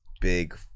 big